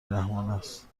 رحمانست